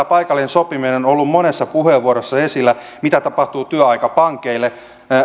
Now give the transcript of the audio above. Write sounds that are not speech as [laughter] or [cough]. [unintelligible] paikallinen sopiminen on ollut monessa puheenvuorossa esillä mitä tapahtuu työaikapankeille